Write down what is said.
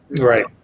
right